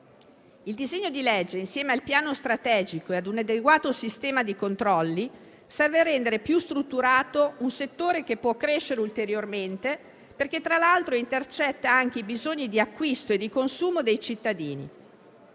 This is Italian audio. Il disegno di legge, insieme al Piano strategico e a un adeguato sistema di controlli, serve a rendere più strutturato un settore che può crescere ulteriormente perché, tra l'altro, intercetta anche i bisogni di acquisto e di consumo dei cittadini.